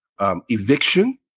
eviction